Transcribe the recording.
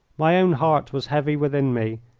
my own heart was heavy within me,